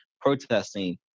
protesting